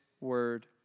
word